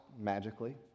magically